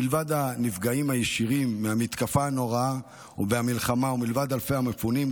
מלבד הנפגעים הישירים מהמתקפה הנוראה ומהמלחמה ומלבד אלפי המפונים,